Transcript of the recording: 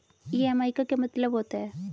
EMI का क्या मतलब होता है?